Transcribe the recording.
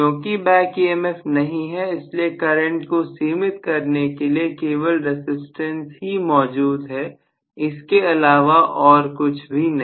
क्योंकि back EMF नहीं है इसलिए करंट को सीमित करने के लिए केवल रसिस्टेंस ही मौजूद है इसके अलावा और कुछ भी नहीं